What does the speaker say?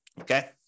okay